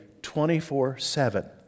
24-7